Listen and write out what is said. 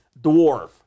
dwarf